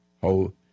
whole